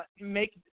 make